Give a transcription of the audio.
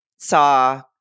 saw